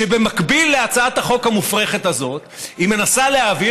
שבמקביל להצעת החוק המופרכת הזאת היא מנסה להעביר,